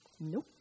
Nope